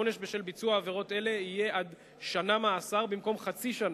העונש בשל ביצוע עבירות אלה יהיה עד שנה מאסר במקום חצי שנה,